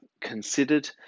considered